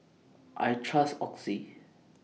I Trust Oxy